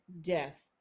death